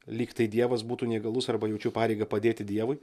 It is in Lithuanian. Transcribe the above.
lygtai dievas būtų neįgalus arba jaučiu pareigą padėti dievui